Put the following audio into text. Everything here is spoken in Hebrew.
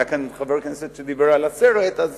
היה כאן חבר כנסת שדיבר על הסרט, אז